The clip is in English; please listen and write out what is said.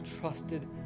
trusted